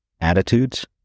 attitudes